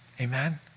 amen